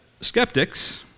skeptics